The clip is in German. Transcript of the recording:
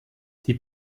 die